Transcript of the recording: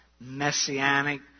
messianic